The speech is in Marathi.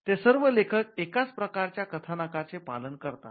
ते सर्व लेखक एकाच प्रकारच्या कथानकाचे पालन करतात